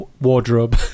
wardrobe